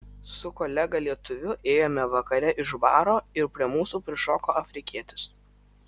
su kolega lietuviu ėjome vakare iš baro ir prie mūsų prišoko afrikietis